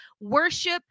worship